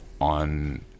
on